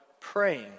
praying